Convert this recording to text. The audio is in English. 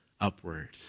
upwards